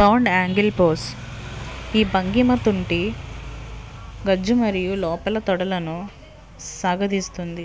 bound angle pose ఈ భంగిమ తుంటి గజ్జ మరియు లోపల తొడలను సాగదీస్తుంది